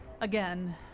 Again